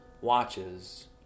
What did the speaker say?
watches